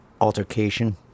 altercation